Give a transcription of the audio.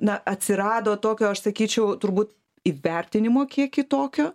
na atsirado tokio aš sakyčiau turbūt įvertinimo kiek kitokio